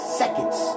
seconds